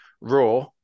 Raw